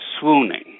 swooning